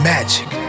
Magic